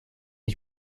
ich